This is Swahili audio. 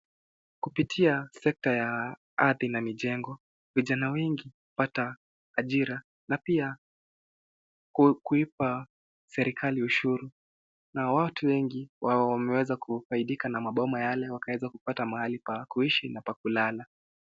Kupitia sekta ya ardhi na mijengo, vijana wengi upata ajila na pia kuipa serikali ushuru. Na watu wengi wameweza kusaidika na boma yale wakaeza kupata mahali pa kuishi na pa kulala.